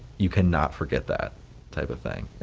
you cannot forget that type of thing.